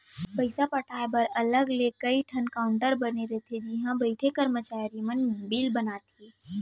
पइसा पटाए बर अलग ले कइ ठन काउंटर बने रथे जिहॉ बइठे करमचारी मन बिल बनाथे